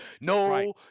no